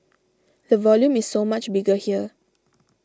the volume is so much bigger here